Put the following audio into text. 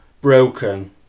broken